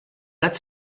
gat